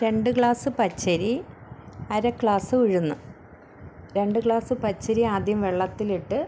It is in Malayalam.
രണ്ട് ഗ്ലാസ് പച്ചരി അര ഗ്ലാസ് ഉഴുന്ന് രണ്ട് ഗ്ലാസ് പച്ചരി ആദ്യം വെള്ളത്തിലിട്ട്